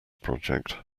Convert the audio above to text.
project